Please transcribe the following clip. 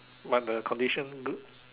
but the condition good